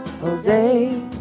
Jose